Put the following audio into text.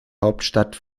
hauptstadt